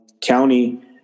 county